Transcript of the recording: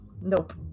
Nope